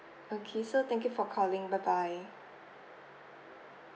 okay so thank you for calling bye bye